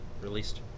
released